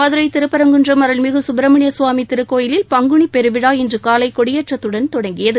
மதுரை திருப்பரங்குன்றம் அருள்மிகு சுப்பிரமணிய சுவாமி திருக்கோயிலில் பங்குனிப் பெருவிழா இன்று காலை கொடியேற்றத்துடன் தொடங்கியது